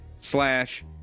slash